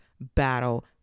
battle